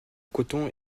coton